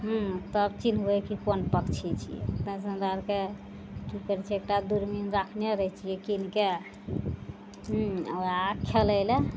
हूँ तब चिन्हबइ कि कोन पक्षी छियै तैसँ हमरा अरके की करय छै एकटा दूरबीन राखने रहय छियै कीनके वएह खेलय लए